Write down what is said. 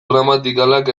gramatikalak